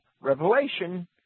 revelation